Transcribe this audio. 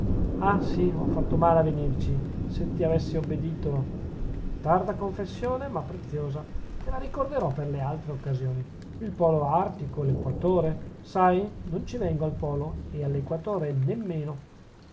ah sì ho fatto male a venirci se ti avessi obbedito tarda confessione ma preziosa te la ricorderò per le altre occasioni il polo artico l'equatore sai non ci vengo al polo e all'equatore nemmeno